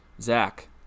Zach